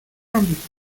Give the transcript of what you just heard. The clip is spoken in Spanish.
ámbitos